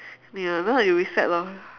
ya then you restart lor